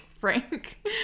Frank